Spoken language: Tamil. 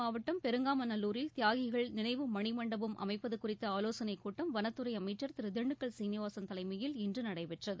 மாவட்டச் செய்திகள் மதுரை மாவட்டம் பெருங்காமநல்லூரில் தியாகிகள் நினைவு மணிமண்டபம் அமைப்பது குறித்த ஆலோசனைக் கூட்டம் வனத்துறை அமைச்சர் திரு திண்டுக்கல் சீனிவாசள் தலைமையில் இன்று நடைபெற்றது